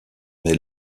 mais